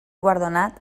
guardonat